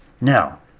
Now